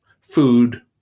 food